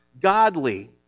godly